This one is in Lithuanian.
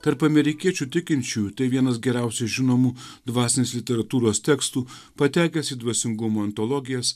tarp amerikiečių tikinčiųjų tai vienas geriausiai žinomų dvasinės literatūros tekstų patekęs į dvasingumo antologijas